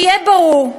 שיהיה ברור,